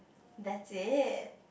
that's it